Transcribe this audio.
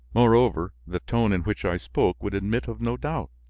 moreover, the tone in which i spoke would admit of no doubt,